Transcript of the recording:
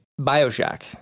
Bioshock